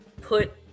put